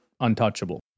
Untouchable